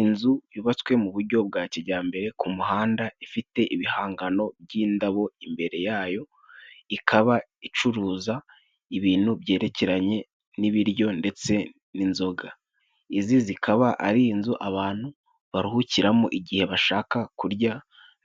Inzu yubatswe mu buryo bwa kijyambere ku muhanda ifite ibihangano by'indabo imbere yayo， ikaba icuruza ibintu byerekeranye n'ibiryo ndetse n'inzoga. Izi zikaba ari inzu abantu baruhukiramo igihe bashaka kurya